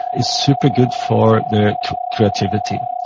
it's super good for their creativity.